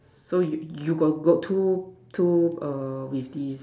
so you you got got two two err with this